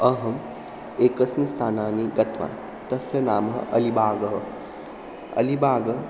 अहम् एकस्मिन् स्थानानि गत्वा तस्य नामः अलिबागः अलिबागः